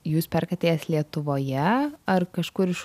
jūs perkate jas lietuvoje ar kažkur iš